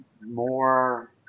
more